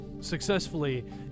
successfully